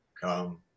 come